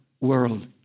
World